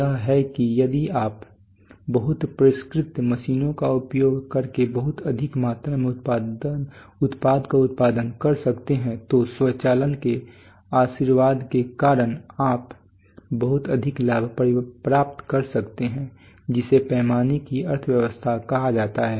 यह है कि यदि आप बहुत परिष्कृत मशीनों का उपयोग करके बहुत अधिक मात्रा में उत्पाद का उत्पादन कर सकते हैं तो स्वचालन के आशीर्वाद के कारण आप बहुत अधिक लाभ प्राप्त कर सकते हैं जिसे पैमाने की अर्थव्यवस्था कहा जाता है